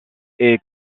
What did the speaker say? est